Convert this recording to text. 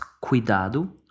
cuidado